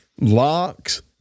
locks